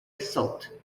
assault